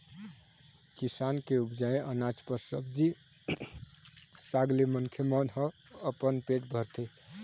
किसान के उपजाए अनाज, फर, सब्जी साग ले मनखे मन ह अपन पेट भरथे